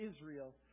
Israel